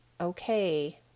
okay